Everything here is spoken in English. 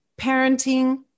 parenting